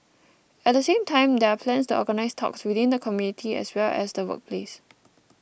at the same time there are plans to organise talks within the community as well as the workplace